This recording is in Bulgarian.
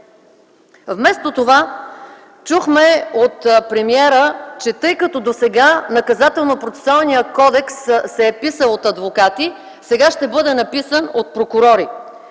Вместо това чухме от премиера, че тъй като досега Наказателнопроцесуалният кодекс се е писал от адвокати, сега ще бъде написан от прокурори.